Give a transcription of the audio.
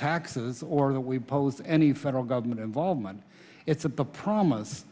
taxes or that we oppose any federal government involvement it's that the promise